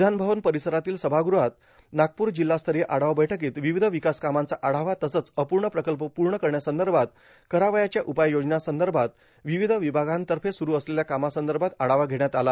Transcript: विधान भवन परिसरातील सभागृहात नागपूर जिल्हास्तरीय आढावा बैठकीत विविध विकास कामांचा आढावा तसंच अपूर्ण प्रकल्प पूर्ण करण्यासंदर्भात करावयाच्या उपाययोजनासंदर्भात विविध विभागांतर्फे सुरु असलेल्या कामासंदर्भात आढावा घेण्यात आला